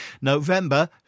November